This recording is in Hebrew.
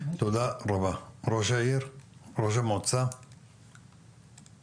ראש המועצה, בבקשה.